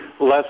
less